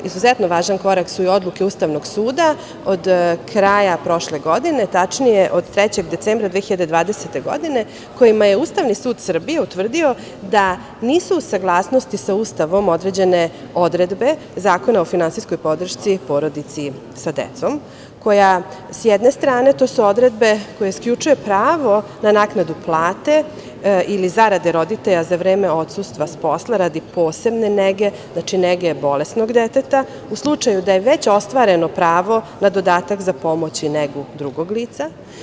Izuzetno važan korak su i odluke Ustavnog suda od kraja prošle godine, tačnije od 3. decembra 2020. godine kojima je Ustavni sud Srbije utvrdio da nisu u saglasnosti sa Ustavom određene odredbe Zakona o finansijskoj podršci porodici sa decom, koja s jedne strane to su odredbe koje isključuje pravo na naknadu plate ili zarade roditelja za vreme odsustva sa posla radi posebne nege, znači nege bolesnog deteta, u slučaju da je već ostvareno pravo na dodatak za pomoć i negu drugog lica.